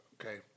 okay